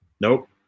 nope